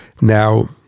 now